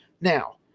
now